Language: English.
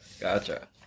Gotcha